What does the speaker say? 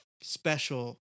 special